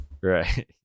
Right